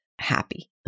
happy